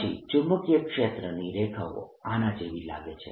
પછી ચુંબકીય ક્ષેત્રની રેખાઓ આના જેવી લાગે છે